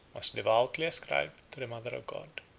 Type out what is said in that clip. was devoutly ascribed to the mother of god.